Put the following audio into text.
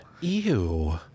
Ew